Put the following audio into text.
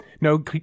No